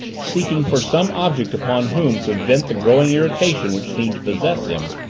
seeking for some object upon whom to vent the growing irritation which seemed to possess him,